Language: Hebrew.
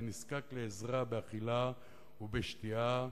ונזקק לעזרה באכילה ובשתייה,